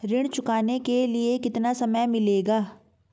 ऋण चुकाने के लिए कितना समय मिलेगा?